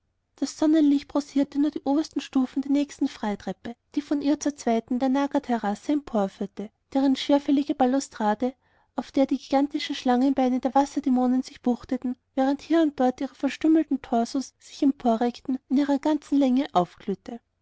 das sonnenlicht bronzierte nur die obersten stufen der nächsten freitreppe die von ihr zur zweiten der naga terrasse emporführte deren schwerfällige ballustrade auf der die gigantischen schlangenbeine der wasserdämonen sich buchteten während hier und dort ihre verstümmelten torsos sich emporreckten in ihrer ganzen länge aufglühte